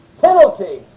penalty